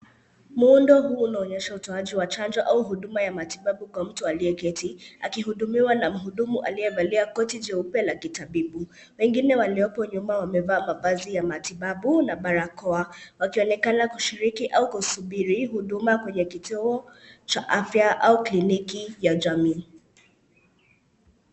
Muundo huu unaonyesha utoanji wa chanjo au huduma ya matibabu kwa mtu aliyeketi akihudumuwa na mhudumu aliyevalia koti cheupe la kitabibu. Wengine waliopo nyuma wamevaa mavazi ya matibabu na barakoa, wakionekana kushiriki au kusubiri huduma kwenye kituo cha afya au kliniki ya jamii.